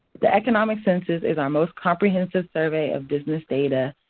the economic census is our most comprehensive survey of business data.